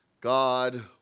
God